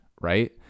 right